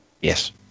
Yes